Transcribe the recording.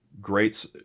Great